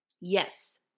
yes